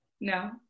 no